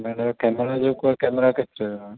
न त कैमरा जेको आहे कैमरा केतिरे जो आहे